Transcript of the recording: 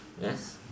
yes